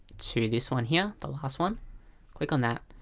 to this one here, the last one click on that.